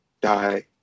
die